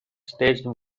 staged